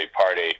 party